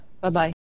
Bye-bye